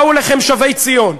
באו אליכם שבי ציון,